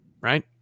right